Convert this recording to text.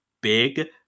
big